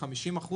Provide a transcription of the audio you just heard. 50%,